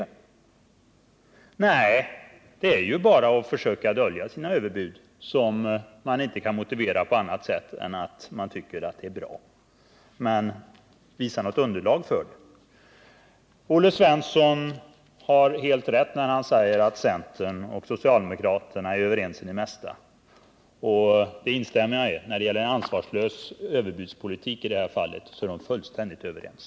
Nej, här är det bara fråga om att dölja sina överbud, som man inte kan motivera på annat sätt än med att man tycker att det är bra. Visa något underlag för det! Olle Svensson har helt rätt när han säger att centern och socialdemokra terna är överens i det mesta. Det instämmer jag i. När det gäller ansvarslös överbudspolitik är de fullständigt överens.